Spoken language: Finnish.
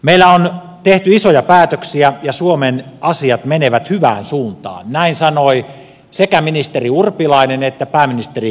meillä on tehty isoja päätöksiä ja suomen asiat menevät hyvään suuntaan näin sanoivat sekä ministeri urpilainen että pääministeri katainen